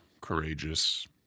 courageous